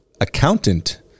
accountant